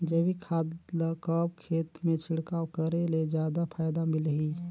जैविक खाद ल कब खेत मे छिड़काव करे ले जादा फायदा मिलही?